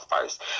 first